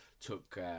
took